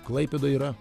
klaipėdoj yra